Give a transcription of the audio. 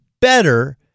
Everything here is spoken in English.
better